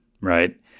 right